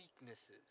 weaknesses